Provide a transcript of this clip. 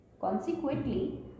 Consequently